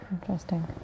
Interesting